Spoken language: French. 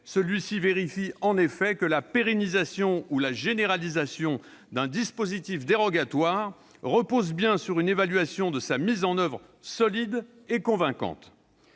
celui-ci vérifie en effet que la pérennisation ou la généralisation d'un dispositif dérogatoire repose bien sur une évaluation de sa mise en oeuvre solide et convaincante.